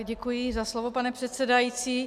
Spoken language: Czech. Děkuji za slovo, pane předsedající.